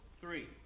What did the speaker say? three